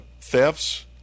thefts